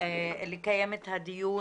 לקיים את הדיון.